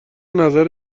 نظر